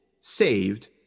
saved